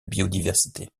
biodiversité